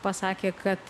pasakė kad